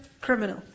criminal